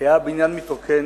היה הבניין מתרוקן,